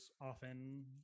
often